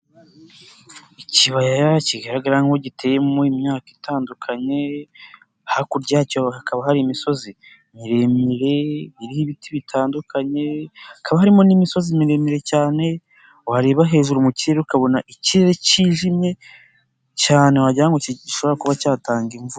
Ikibaya kigaragara nk'aho giteyemo imyaka itandukanye, hakurya yacyo hakaba hari imisozi miremire, iriho ibiti bitandukanye, hakaba harimo n'imisozi miremire cyane, wareba hejuru mu kirerere ukabona ikirere cyijimye cyane wagira ngo gishobora kuba cyatanga imvura.